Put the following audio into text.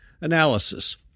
analysis